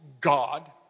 God